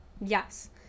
Yes